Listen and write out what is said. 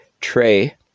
tray